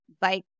bike